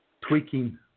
tweaking